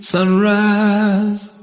Sunrise